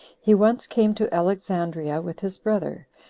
he once came to alexandria with his brother,